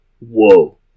whoa